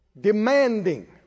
Demanding